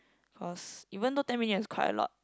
cause even though ten million is quite a lot